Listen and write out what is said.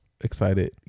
excited